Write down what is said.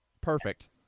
perfect